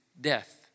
death